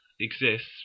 exists